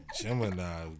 Gemini